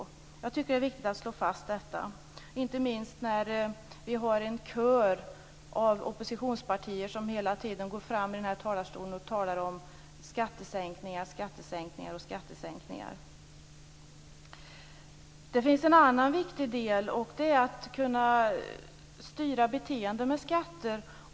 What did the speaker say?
Jag tycker att det är viktigt att slå fast detta, inte minst när vi har en kör av oppositionspartier som hela tiden går fram i den här talarstolen och talar om skattesänkningar, skattesänkningar och skattesänkningar. Det finns en annan viktig del. Det är att kunna styra beteenden med skatter.